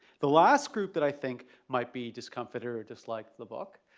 the last group that i think might be discomfort or dislike the book,